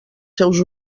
seus